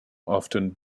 often